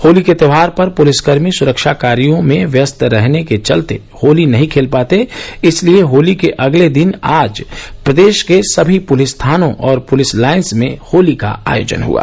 होली के त्योहार पर पुलिसकर्मी सुरक्षा कार्यो में व्यस्त रहने के चलते होली नहीं खेल पाते इसलिए होली के अगले दिन आज प्रदेश के सभी पुलिस ्थानो और पुलिस लाइन्स में होली का आयोजन हुआ